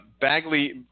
Bagley